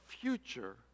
future